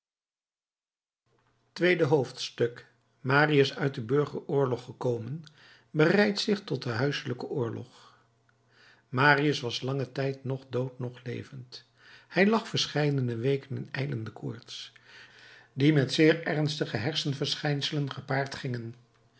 tweede hoofdstuk marius uit den burgeroorlog gekomen bereidt zich tot den huiselijken oorlog marius was langen tijd noch dood noch levend hij lag verscheidene weken in ijlende koorts die met zeer ernstige hersenverschijnselen gepaard gingen